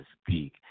speak